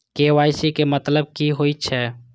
KYC के मतलब कि होई छै?